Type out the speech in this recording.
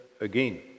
again